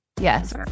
Yes